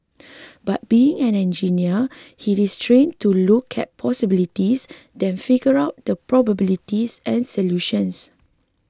but being an engineer he is trained to look at possibilities then figure out the probabilities and solutions